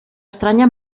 estranya